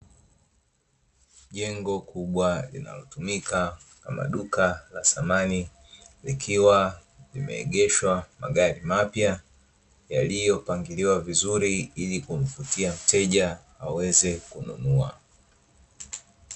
Jengo kubwa linalotumika kama duka la samani, likiwa limeegeshwa magari mapya yaliyopangiliwa vizuri ili kumvutia mteja aweze kununua.